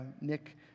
Nick